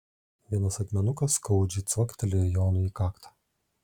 vienas akmenukas skaudžiai cvaktelėjo jonui į kaktą